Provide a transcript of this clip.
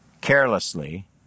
Carelessly